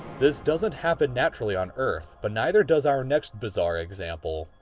this doesn't happen naturally on earth, but neither does our next bizarre example.